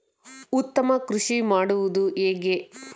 ಉತ್ತಮ ಕೃಷಿ ಮಾಡುವುದು ಹೇಗೆ?